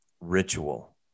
ritual